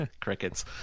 Crickets